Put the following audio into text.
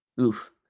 oof